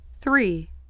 Three